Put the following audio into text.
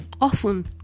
often